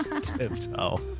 Tiptoe